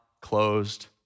closed